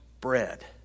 bread